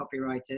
copywriters